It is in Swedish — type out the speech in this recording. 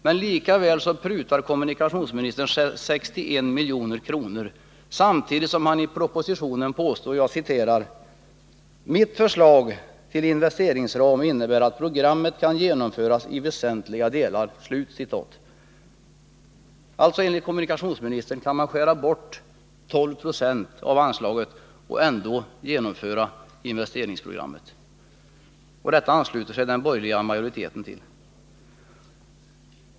Men likväl prutar kommunikationsministern 61 miljoner, samtidigt som han i propositionen påstår: ”Mitt förslag till investeringsram innebär att programmet kan genomföras i väsentliga delar.” Enligt kommunikationsministern kan man alltså skära bort 12 90 av de äskade anslagen och ändå genomföra investeringsprogrammet. Till detta ansluter sig den borgerliga majoriteten.